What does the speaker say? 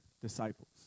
disciples